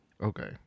Okay